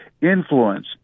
influence